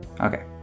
Okay